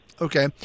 Okay